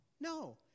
no